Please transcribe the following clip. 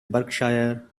berkshire